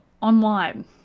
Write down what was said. online